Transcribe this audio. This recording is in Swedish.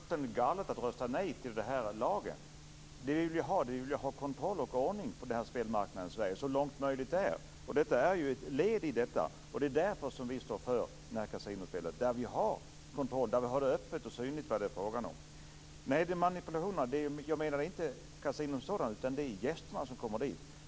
Fru talman! Det hade varit fullständigt galet att rösta nej till kasinolagen. Vi vill ju ha kontroll och ordning på spelmarknaden i Sverige så långt det är möjligt. Kasinolagen är ju ett led i detta, och det är därför som vi står bakom den. Då blir det öppet och synligt vad det är fråga om. När det gäller manipulationerna menar jag inte kasinot som sådant, utan det gäller gästerna som kommer dit.